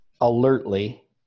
Alertly